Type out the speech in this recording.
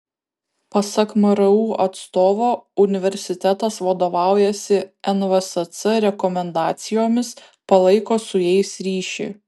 pasak mru atstovo universitetas vadovaujasi nvsc rekomendacijomis palaiko su jais ryšį